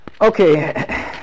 Okay